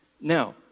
Now